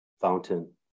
fountain